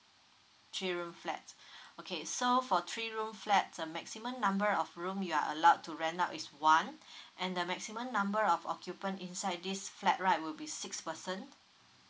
three room flat okay so for three room flat a maximum number of room you are allowed to rent out is one and the maximum number of occupant inside this flat right will be six person